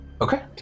Okay